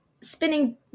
spinning